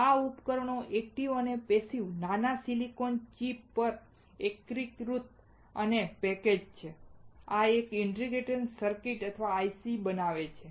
આ ઉપકરણો ઍક્ટિવ અને પૅસિવ નાના સિલિકોન ચિપ પર એકીકૃત છે અને પેકેજ્ડ છે આ એક ઇન્ટિગ્રેટેડ સર્કિટ અથવા IC બનાવે છે